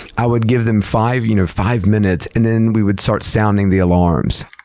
i would give them five you know five minutes, and then we would start sounding the alarm. so